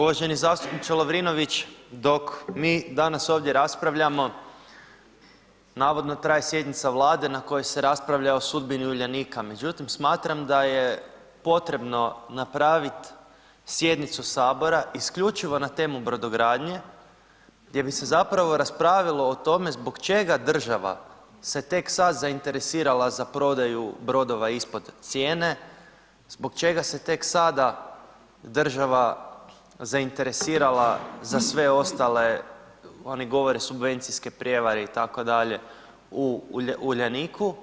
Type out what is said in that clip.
Uvaženi zastupniče Lovrinović dok mi danas ovdje raspravljamo navodno traje sjednica Vlade na kojoj se raspravlja o sudbini Uljanika, međutim smatram da je potrebno napravit sjednicu sabora isključivo na temu brodogradnje gdje bi se zapravo raspravilo o tome zbog čega država se tek sad zainteresirala za prodaju brodova ispod cijene, zbog čega se tek sada država zainteresirala za sve ostale oni govore subvencijske prijevare itd., u Uljaniku.